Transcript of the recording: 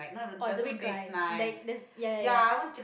or it's a bit dry like the ya ya ya